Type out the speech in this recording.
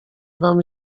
wam